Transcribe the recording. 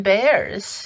Bears